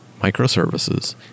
microservices